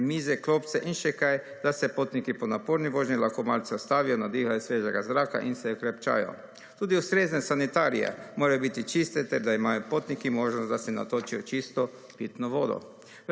mize, klopce in še kaj, da se potniki po naporni vožnji lahko malce ustavijo, nadihajo svežega zraka in se okrepčajo. Tudi ustrezne sanitarije morajo biti čiste, ter da imajo potniki možnost, da si natočijo čisto pitno vodo.